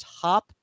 top